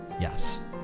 Yes